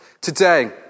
today